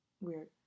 Weird